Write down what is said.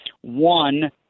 One